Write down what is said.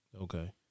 okay